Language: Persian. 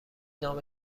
نام